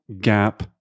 gap